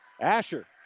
Asher